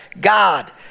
God